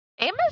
Amos